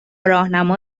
راهنما